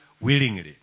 willingly